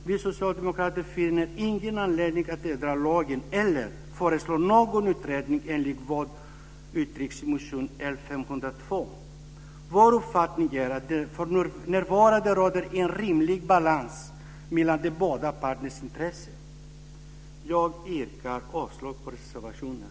Vi socialdemokrater finner ingen anledning att ändra lagen eller föreslå någon utredning enligt vad som uttrycks i motion L502. Vår uppfattning är att det för närvarande råder en rimlig balans mellan de båda parternas intressen. Jag yrkar avslag på reservationen.